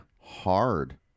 hard